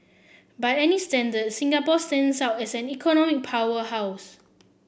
by any standard Singapore stands out as an economic powerhouse